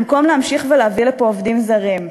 במקום להמשיך ולהביא לפה עובדים זרים.